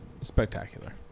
spectacular